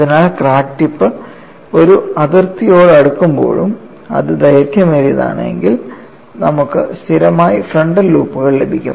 അതിനാൽ crack tip ഒരു അതിർത്തിയോട് അടുക്കുമ്പോഴും അത് ദൈർഘ്യമേറിയതാണ് എങ്കിലും നമുക്ക് സ്ഥിരമായി ഫ്രണ്ടൽ ലൂപ്പുകൾ ലഭിക്കും